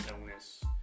illness